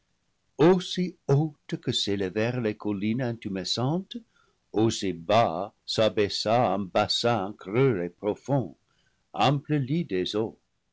aussi haute que s'élevèrent les col lines intumescentes aussi bas s'abaissa un bassin creux et pro fond ample lit des eaux